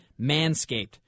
Manscaped